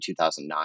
2009